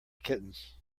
kittens